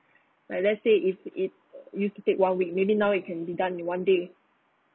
like let's say if it err you can take one week maybe now it can be done in one day